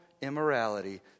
immorality